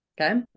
Okay